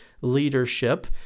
leadership